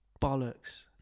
bollocks